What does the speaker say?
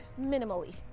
minimally